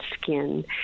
skin